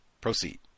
Proceed